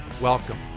Welcome